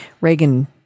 Reagan